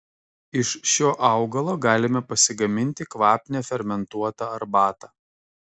iš šio augalo galime pasigaminti kvapnią fermentuotą arbatą